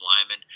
linemen